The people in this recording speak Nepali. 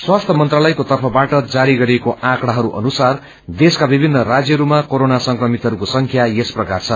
स्वास्थ्य मन्त्रालयको तर्फबाट जारी गरिएको औंकड़ाहरू अनुसार देशको विभिन्न राष्यहरूमा कोरोना संक्रमितहरूको संख्या यस प्रकार छन्